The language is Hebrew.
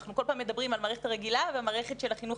אנחנו כל פעם מדברים על המערכת הרגילה ועל המערכת של החינוך